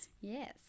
Yes